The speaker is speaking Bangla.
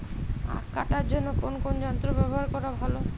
আঁখ কাটার জন্য কোন যন্ত্র ব্যাবহার করা ভালো?